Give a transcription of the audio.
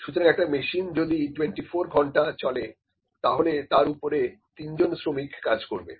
সুতরাং একটা মেশিন যদি 24 ঘন্টা চলে তাহলে তার উপরে তিনজন শ্রমিক কাজ করবে